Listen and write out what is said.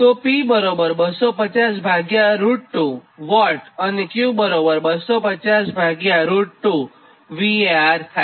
તો P 2502 Watt અને Q2502 VAR થાય